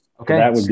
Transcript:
Okay